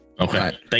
Okay